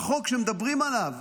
החוק שמדברים עליו,